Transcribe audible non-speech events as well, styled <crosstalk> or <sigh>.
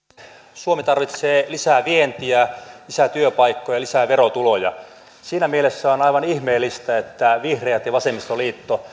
suomi tarvitsee lisää vientiä lisää työpaikkoja lisää verotuloja siinä mielessä on aivan ihmeellistä että vihreät ja vasemmistoliitto <unintelligible>